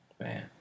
Man